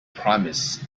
promise